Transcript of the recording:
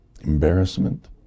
embarrassment